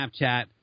Snapchat